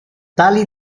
tali